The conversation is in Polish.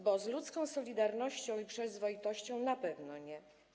Bo z ludzką solidarnością i przyzwoitością na pewno nie.